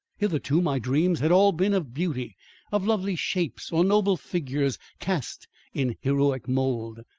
hitherto my dreams had all been of beauty of lovely shapes or noble figures cast in heroic mould.